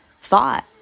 thought